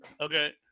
Okay